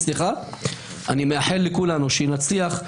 אני מאחל לכולנו שנצליח.